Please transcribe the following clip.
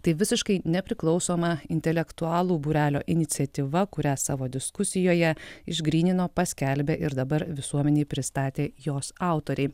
tai visiškai nepriklausoma intelektualų būrelio iniciatyva kurią savo diskusijoje išgrynino paskelbė ir dabar visuomenei pristatė jos autoriai